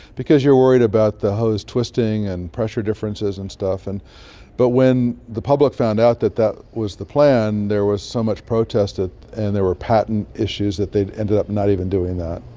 because you are worried about the hose twisting and pressure differences and stuff. and but but when the public found out that that was the plan, there was so much protest ah and there were patent issues, that they ended up not even doing that.